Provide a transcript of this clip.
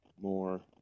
more